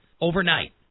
overnight